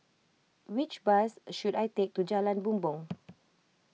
which bus should I take to Jalan Bumbong